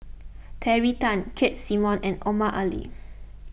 Terry Tan Keith Simmons and Omar Ali